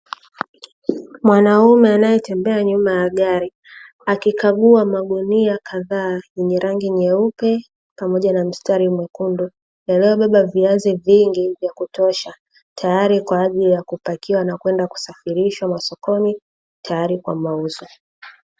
Mwanaume anayetembea nyuma ya gari akikagua magunia kadhaa yenye rangi nyeupe pamoja na mstari mwekundu, yaliyobeba viazi vingi vya kutosha tayari kwa ajili ya kupakiwa na kwenda kusafirishwa sokoni tayari kwa mauzo.